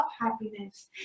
happiness